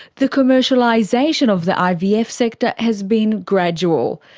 the commercialisation of the ivf sector has been gradual.